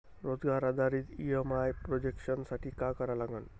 रोजगार आधारित EMI projection साठी का करा लागन?